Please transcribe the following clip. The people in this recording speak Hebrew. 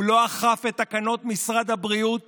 הוא לא אכף את תקנות משרד הבריאות